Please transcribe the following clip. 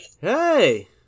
Hey